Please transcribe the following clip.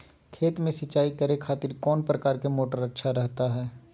खेत में सिंचाई करे खातिर कौन प्रकार के मोटर अच्छा रहता हय?